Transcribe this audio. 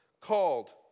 called